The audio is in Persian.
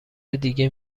دیگه